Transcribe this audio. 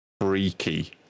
freaky